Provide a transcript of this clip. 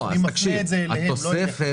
אני מפנה את זה אליהם, לא אליך.